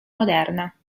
moderna